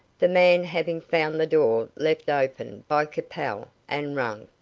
the man having found the door left open by capel and rung.